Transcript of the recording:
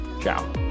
Ciao